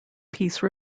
peace